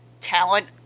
talent